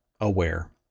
aware